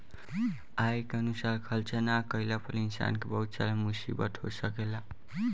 आय के अनुसार खर्चा ना कईला पर इंसान के बहुत सारा मुसीबत हो सकेला